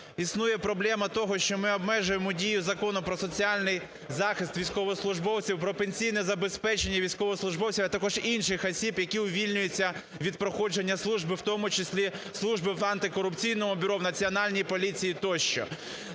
існує проблема того, що ми обмежуємо дію Закону про соціальний захист військовослужбовців, про пенсійне забезпечення військовослужбовців, а також інших осіб, якіувільнюються від проходження служби, в тому числі служби в Антикорупційному бюро, в Національній поліції, тощо.